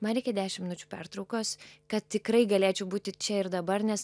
man reikia dešimt minučių pertraukos kad tikrai galėčiau būti čia ir dabar nes